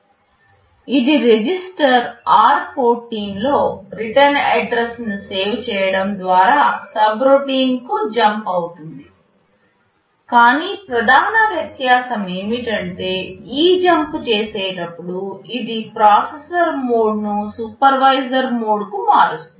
ఇది register r14 లో return అడ్రస్ని సేవ్ చేయడం ద్వారా సబ్రోటిన్ కు జంప్ అవుతుంది కాని ప్రధాన వ్యత్యాసం ఏమిటంటే ఈ జంప్ చేసేటప్పుడు ఇది ప్రాసెసర్ మోడ్ను సూపర్వైజర్ మోడ్ కు మారుస్తుంది